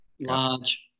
large